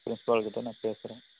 பிரின்ஸ்பால்கிட்ட நான் பேசுகிறேன்